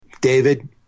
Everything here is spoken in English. David